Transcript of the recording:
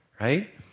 right